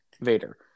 Vader